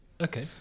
Okay